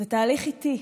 זה תהליך איטי,